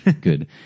Good